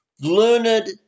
learned